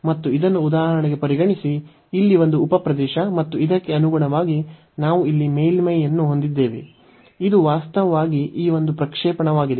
ಮತ್ತು ಇದನ್ನು ಉದಾಹರಣೆಗೆ ಪರಿಗಣಿಸಿ ಇಲ್ಲಿ ಒಂದು ಉಪ ಪ್ರದೇಶ ಮತ್ತು ಇದಕ್ಕೆ ಅನುಗುಣವಾಗಿ ನಾವು ಇಲ್ಲಿ ಮೇಲ್ಮೈಯನ್ನು ಹೊಂದಿದ್ದೇವೆ ಇದು ವಾಸ್ತವವಾಗಿ ಈ ಒಂದು ಪ್ರಕ್ಷೇಪಣವಾಗಿದೆ